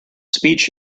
speech